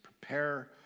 prepare